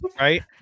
right